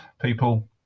People